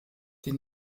die